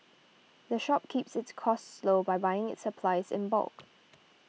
the shop keeps its costs low by buying its supplies in bulk